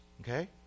Okay